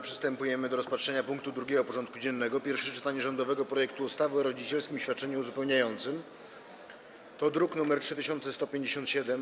Przystępujemy do rozpatrzenia punktu 2. porządku dziennego: Pierwsze czytanie rządowego projektu ustawy o rodzicielskim świadczeniu uzupełniającym (druk nr 3157)